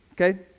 okay